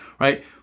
Right